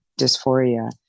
dysphoria